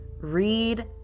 read